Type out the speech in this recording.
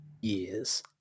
years